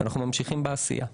אנחנו ממשיכים בעשייה.